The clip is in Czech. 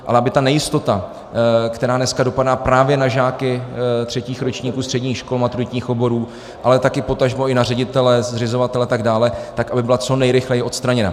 Ale aby ta nejistota, která dneska dopadá právě na žáky třetích ročníků středních škol maturitních oborů, ale také potažmo i na ředitele, zřizovatele a tak dále, tak aby byla co nejrychleji odstraněna.